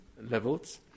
levels